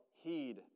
heed